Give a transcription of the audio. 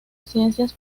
ciencias